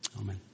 Amen